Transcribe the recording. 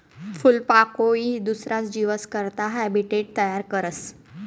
फूलपाकोई दुसरा जीवस करता हैबीटेट तयार करस